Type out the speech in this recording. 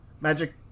Magic